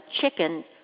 chicken